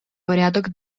порядок